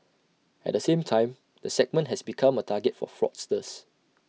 at the same time the segment has become A target for fraudsters